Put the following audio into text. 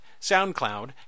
SoundCloud